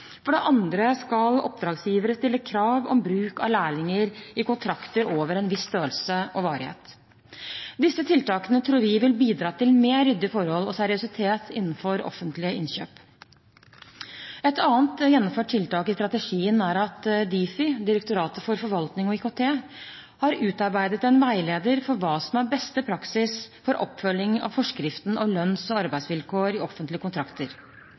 For det andre skal oppdragsgivere stille krav om bruk av lærlinger i kontrakter over en viss størrelse og varighet. Disse tiltakene tror vi vil bidra til mer ryddige forhold og seriøsitet innenfor offentlige innkjøp. Et annet gjennomført tiltak i strategien er at Difi, Direktoratet for forvaltning og IKT, har utarbeidet en veileder for hva som er beste praksis for oppfølging av forskriften om lønns- og arbeidsvilkår i offentlige kontrakter.